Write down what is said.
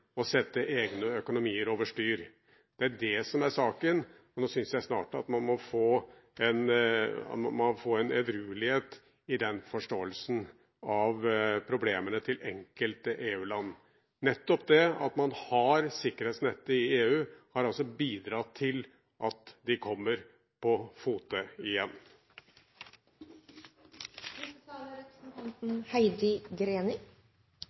å sette egne økonomier over styr. Det er det som er saken, og nå synes jeg snart man må få en edruelighet i forståelsen av problemene til enkelte EU-land. Nettopp det at man har sikkerhetsnettet i EU, har bidratt til at de kommer på fote